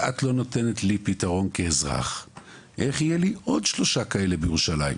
למה את לא נותנת לי פתרון כאזרח איך יהיו לי עוד שלושה כאלה בירושלים?